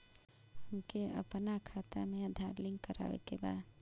हमके अपना खाता में आधार लिंक करावे के बा?